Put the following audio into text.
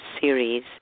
series